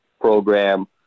program